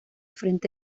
frente